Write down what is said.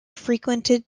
frequented